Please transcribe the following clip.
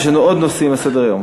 יש לנו עוד נושאים על סדר-היום.